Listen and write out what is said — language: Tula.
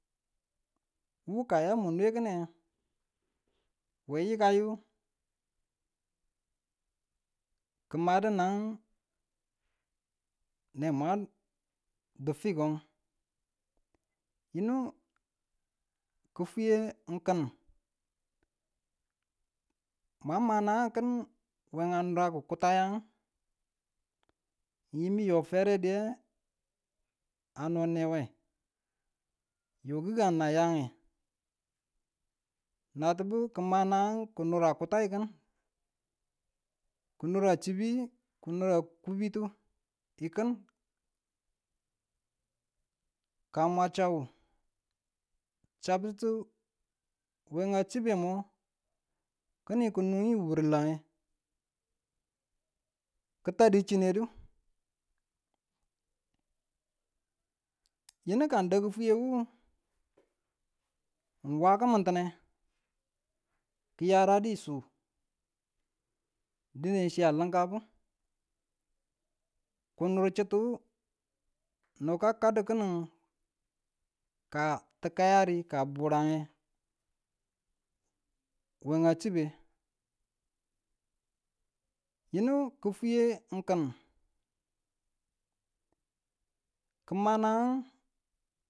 Wu ka yamu nekine, we yikayu kimadu nan, ne mwan difikun yinu ki fwiye ng kin mwa managangkin we a nuraku kutayi a ya no fere diye a ya a no ne we. yo gi̱gang na ya we, natubi ki manang ki nura kutai kin, ki nuru chibi, ki nura kubitu ng ti kin. Ka mwa chau chabtutu we nga chibe mo kining kunun mun wurange ki tanu chinedu yinu ka ng da kifwiye wu ng wa kimin ne ki yaradu su dine chi a linkabu ki nur chitu no ka kadu kinin tikayari ka burange we a chibe yinu kifwiye ng kin ki ma nanang